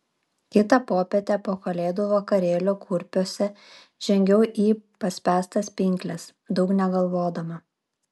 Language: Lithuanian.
kitą popietę po kalėdų vakarėlio kurpiuose žengiau į paspęstas pinkles daug negalvodama